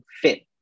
fit